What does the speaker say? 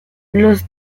los